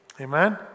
amen